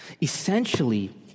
Essentially